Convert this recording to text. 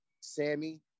Sammy